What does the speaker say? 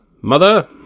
mother